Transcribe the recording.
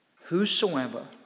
Whosoever